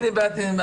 אני בא לשמוע.